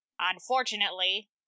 Unfortunately